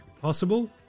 possible